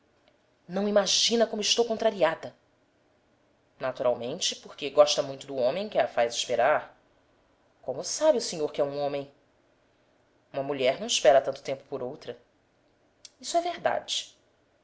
não imagina como estou contrariada naturalmente porque gosta muito do homem que a faz esperar como sabe o senhor que é um homem uma mulher não espera tanto tempo por outra isso é verdade